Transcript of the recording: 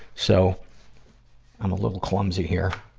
so i'm a little clumsy here,